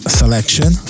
selection